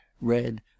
red